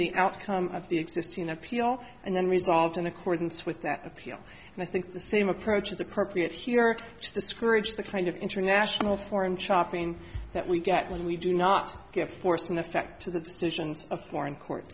the outcome of the existing appeal and then resolved in accordance with that appeal and i think the same approach is appropriate here to discourage the kind of international forum shopping that we get when we do not give force and effect to the decisions of foreign court